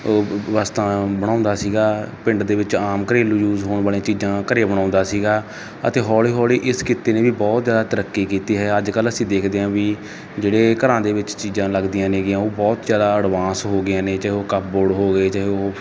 ਵਸਤਾਂ ਬਣਾਉਂਦਾ ਸੀਗਾ ਪਿੰਡ ਦੇ ਵਿੱਚ ਆਮ ਘਰੇਲੂ ਯੂਜ ਹੋਣ ਵਾਲੀਆਂ ਚੀਜਾਂ ਘਰੇ ਬਣਾਉਂਦਾ ਸੀਗਾ ਅਤੇ ਹੌਲੀ ਹੌਲੀ ਇਸ ਕਿੱਤੇ ਨੇ ਵੀ ਬਹੁਤ ਜਿਆਦਾ ਤਰੱਕੀ ਕੀਤੀ ਹੈ ਅੱਜ ਕੱਲ ਅਸੀਂ ਦੇਖਦੇ ਹਾਂ ਵੀ ਜਿਹੜੇ ਘਰਾਂ ਦੇ ਵਿੱਚ ਚੀਜਾਂ ਲੱਗਦੀਆਂ ਨੇਗੀਆਂ ਉਹ ਬਹੁਤ ਜਿਆਦਾ ਅਡਵਾਂਸ ਹੋ ਗੀਆਂ ਨੇ ਚਾਹੇ ਉਹ ਕਪਬੋਡ ਹੋਗੇ ਚਾਹੇ ਉਹ